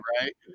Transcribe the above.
right